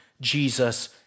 Jesus